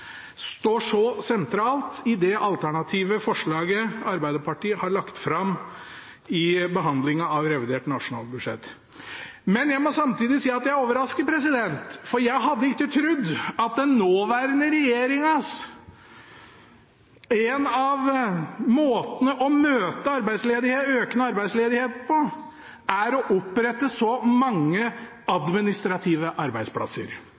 står så sentralt i det alternative forslaget Arbeiderpartiet har lagt fram i forbindelse med behandlingen av revidert nasjonalbudsjett. Jeg må samtidig si at jeg er overrasket, for jeg hadde ikke trodd at en av den nåværende regjeringens måter å møte økende arbeidsledighet på, er å opprette så mange administrative arbeidsplasser